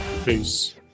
Peace